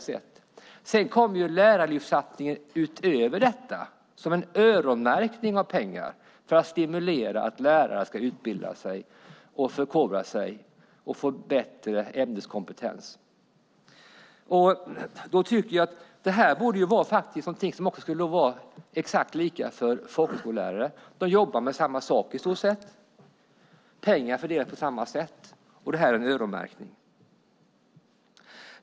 Utöver detta kommer lärarlyftssatsningen - öronmärkta pengar - för att stimulera lärare till att utbilda sig, förkovra sig, och få en bättre ämneskompetens. Jag tycker att det borde vara exakt likadant för folkhögskolelärare. I stort sett jobbar de med samma saker som andra lärare, och pengarna fördelas på samma sätt - öronmärkta pengar.